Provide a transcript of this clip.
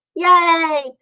Yay